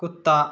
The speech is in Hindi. कुत्ता